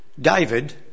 David